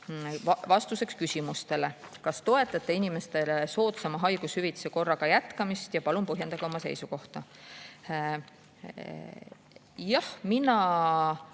vastan küsimustele. "Kas toetate inimestele soodsama haigushüvitiste korraga jätkamist? Palun põhjendage oma seisukohta." Jah, mina